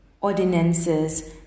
ordinances